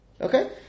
Okay